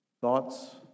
Thoughts